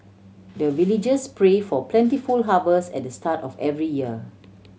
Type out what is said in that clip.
the villagers pray for plentiful harvest at the start of every year